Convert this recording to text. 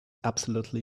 absolutely